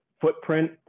footprint